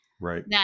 Right